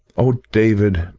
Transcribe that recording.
oh, david,